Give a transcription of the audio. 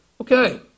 Okay